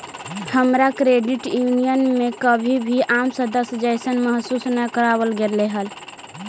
हमरा credit union में कभी भी आम सदस्य जइसन महसूस न कराबल गेलई हल